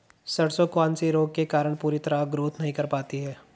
सरसों कौन से रोग के कारण पूरी तरह ग्रोथ नहीं कर पाती है?